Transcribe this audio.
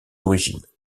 origines